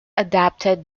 adapted